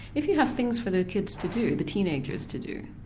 if you have things for the kids to do, the teenagers to do,